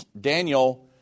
Daniel